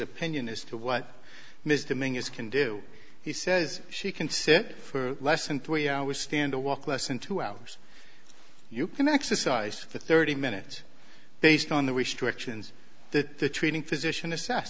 opinion as to what misdemeanors can do he says she can sit for less than three hours stand a walk less than two hours you can exercise for thirty minutes based on the restrictions that the treating physician assessed